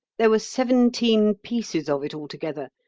there were seventeen pieces of it altogether,